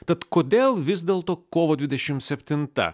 tad kodėl vis dėlto kovo dvidešimt septinta